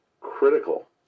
critical